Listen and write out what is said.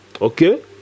Okay